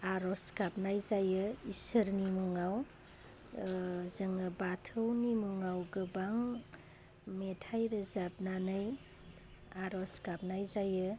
आरज गाबनाय जायो इसोरनि मुङाव जोङो बाथौनि मुङाव गोबां मेथाइ रोजाबनानै आरज गाबनाय जायो